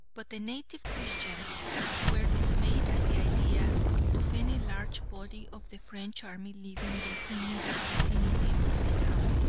but the native christians were dismayed at the idea of any large body of the french army leaving the immediate vicinity of the town,